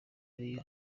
ariyo